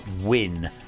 win